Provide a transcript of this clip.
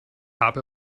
habe